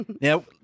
Now